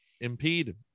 impede